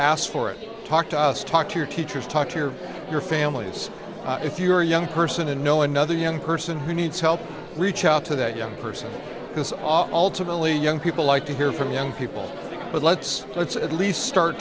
ask for it talk to us talk to your teachers talk to your families if you're a young person and know another young person who needs help reach out to that young person because alternately young people like to hear from young people but let's let's at least start